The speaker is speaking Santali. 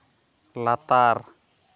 ᱞᱟᱛᱟᱨ